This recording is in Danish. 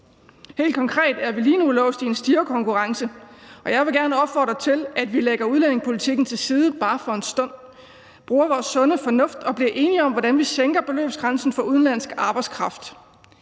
Helt konkret er vi lige nu er låst i en stirrekonkurrence, og jeg vil gerne opfordre til, at vi lægger udlændingepolitikken til side bare for en stund og bruger vores sunde fornuft og bliver enige om, hvordan vi sænker beløbsgrænsen for udenlandsk arbejdskraft.